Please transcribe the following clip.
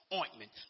ointment